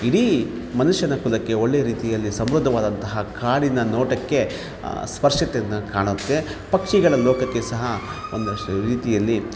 ಇಡೀ ಮನುಷ್ಯನ ಕುಲಕ್ಕೆ ಒಳ್ಳೆಯ ರೀತಿಯಲ್ಲಿ ಸಮೃದ್ಧವಾದಂತಹ ಕಾಡಿನ ನೋಟಕ್ಕೆ ಸ್ಪರ್ಶತೆಯನ್ನು ಕಾಣುತ್ತೆ ಪಕ್ಷಿಗಳ ಲೋಕಕ್ಕೆ ಸಹ ಒಂದಷ್ಟು ರೀತಿಯಲ್ಲಿ